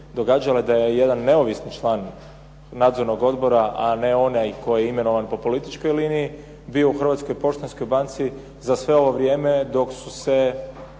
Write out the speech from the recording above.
događale da je jedan neovisni član nadzornog odbora, a ne onaj koji je imenovan po političkoj liniji bio u Hrvatskoj poštanskoj banci za sve ovo vrijeme dok su se